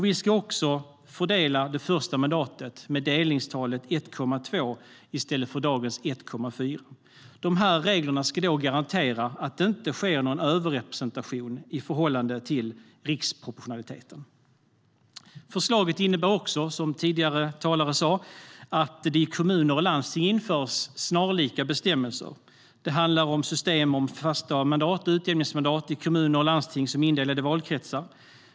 Vi ska också fördela det första mandatet med delningstalet 1,2 i stället för dagens 1,4. Dessa regler ska garantera att det inte sker någon överrepresentation i förhållande till riksproportionaliteten. Förslaget innebär även att snarlika bestämmelser införs i kommuner och landsting, vilket tidigare talare sa. Det handlar om system för fasta mandat och utjämningsmandat i kommuner och landsting som är indelade i valkretsar.